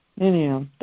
Anyhow